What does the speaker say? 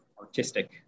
artistic